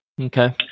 Okay